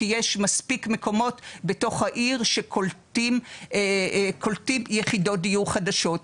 כי יש מספיק מקומות בתוך העיר שקולטים יחידות דיור חדשות.